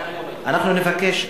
אני אענה לך.